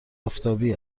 آفتابی